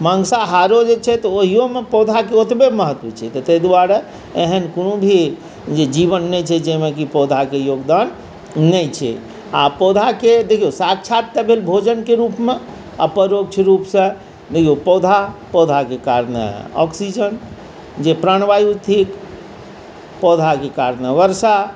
मांसाहारो जे छै तऽ ओहीयोमे पौधाके ओतबे महत्व छै तै दुआरे एहन कोनो भी जे जीवन नहि छै जाहिमे की पौधाके योगदान नहि छै आओर पौधाके देखियौ साक्षात तऽ भेल भोजनके रूपमे आओर परोक्ष रूपसँ देखियौ पौधा पौधाके कारणे ऑक्सिजन जे प्राणवायु थिक पौधाके कारणे वर्षा